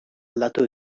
aldatu